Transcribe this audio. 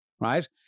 right